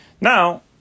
Now